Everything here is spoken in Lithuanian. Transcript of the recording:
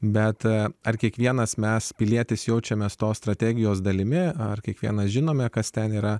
bet ar kiekvienas mes pilietis jaučiamės tos strategijos dalimi ar kiekvienas žinome kas ten yra